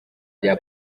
rya